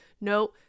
no